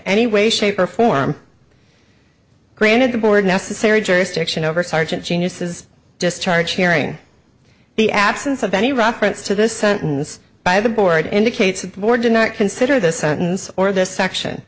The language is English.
any way shape or form granted the board necessary jurisdiction over sergeant genius's just charge hearing the absence of any reference to this sentence by the board indicates that the board did not consider the sentence or this section